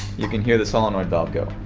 you can hear the solenoid valve go.